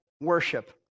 worship